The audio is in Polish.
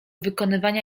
wykonywania